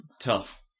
Tough